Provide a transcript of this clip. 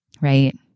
right